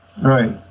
right